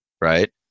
right